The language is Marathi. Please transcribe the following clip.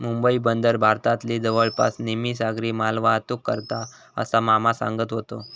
मुंबई बंदर भारतातली जवळपास निम्मी सागरी मालवाहतूक करता, असा मामा सांगत व्हतो